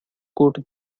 could